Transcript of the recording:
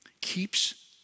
keeps